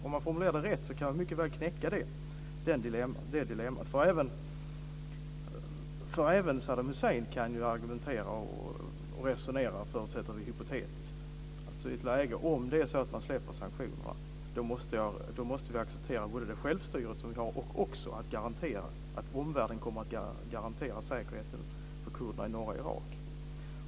Om man formulerar det rätt kan vi mycket väl knäcka det dilemmat. Även Saddam Hussein kan ju argumentera, resonera och räkna med hypotetiska förutsättningar. Alltså: Om man släpper sanktionerna, måste vi acceptera både det självstyre som vi har och även att omvärlden kommer att garantera säkerheten för kurderna i norra Irak.